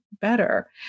better